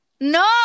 no